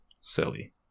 Silly